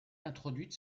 introduite